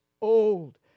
old